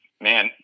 man